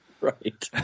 Right